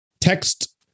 text